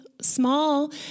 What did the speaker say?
small